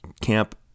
camp